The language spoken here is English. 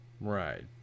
right